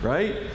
Right